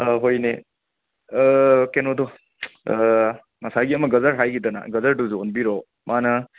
ꯍꯣꯏ ꯏꯅꯦ ꯀꯩꯅꯣꯗꯣ ꯉꯁꯥꯏꯒꯤ ꯑꯃ ꯒꯖꯔ ꯍꯥꯏꯒꯤꯗꯅꯥ ꯒꯖꯔꯗꯨꯁꯨ ꯑꯣꯟꯕꯤꯔꯣ ꯃꯥꯅ